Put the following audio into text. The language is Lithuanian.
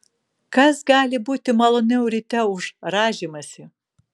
kas gali būti maloniau ryte už rąžymąsi